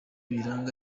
biranga